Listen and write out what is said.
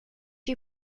you